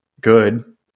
good